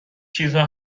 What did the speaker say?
چیزها